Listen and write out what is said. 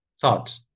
thought